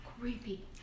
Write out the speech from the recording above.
creepy